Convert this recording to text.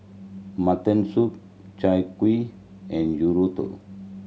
mutton soup Chai Kueh and